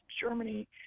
Germany